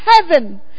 heaven